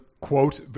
quote